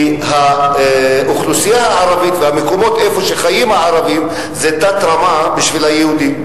כי האוכלוסייה הערבית והמקומות שהערבים חיים זה תת-רמה בשביל היהודים,